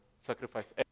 sacrifice